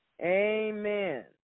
Amen